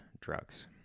drugs